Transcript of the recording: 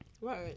Right